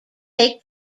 take